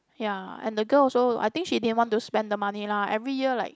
ya and the girl also I think she didn't want to spend the money lah every year like